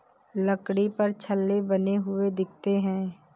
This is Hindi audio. लकड़ी पर छल्ले बने हुए दिखते हैं